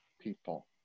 people